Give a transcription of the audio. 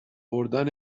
بردن